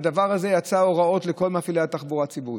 בדבר הזה יצאו הוראות לכל מפעילי התחבורה הציבורית.